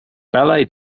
ballet